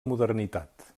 modernitat